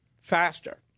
faster